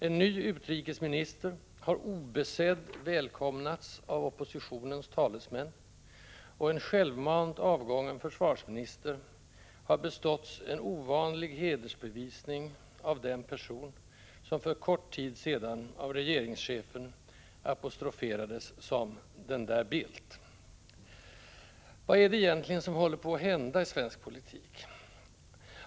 En ny utrikesminister har obesedd väkomnats av oppositionens talesmän, och en självmant avgången försvarsminister har beståtts en ovanlig hedersbevisning av den person som för kort tid sedan av regeringschefen apostroferades som ”den där Bildt”. Vad är det egentligen som håller på att hända i svensk politik?